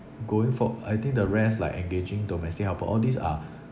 going for I think the rest like engaging domestic helper all these are